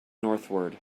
northward